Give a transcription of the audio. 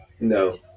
No